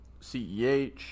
CEH